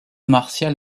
martial